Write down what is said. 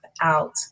out